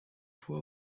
for